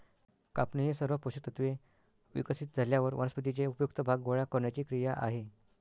कापणी ही सर्व पोषक तत्त्वे विकसित झाल्यावर वनस्पतीचे उपयुक्त भाग गोळा करण्याची क्रिया आहे